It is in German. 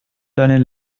deinen